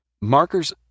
Markers